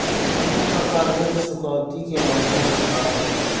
सब्बो प्रकार ऋण चुकौती के माध्यम बताव?